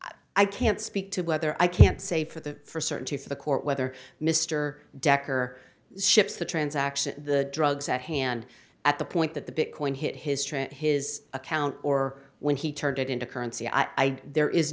action i can't speak to whether i can't say for the for certainty for the court whether mr decker ships the transaction the drugs at hand at the point that the bitcoin hit history of his account or when he turned it into currency i there is